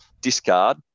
discard